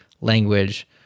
language